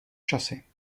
časy